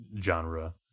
genre